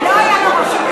ומה שאתה,